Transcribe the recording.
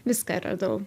viską radau